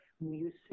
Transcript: music